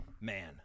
man